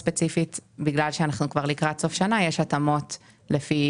בגלל שאנחנו לקראת סוף שנה יש התאמות לפי